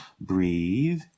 breathe